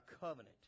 covenant